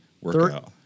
workout